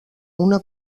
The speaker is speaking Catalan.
una